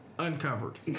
Uncovered